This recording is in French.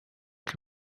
qui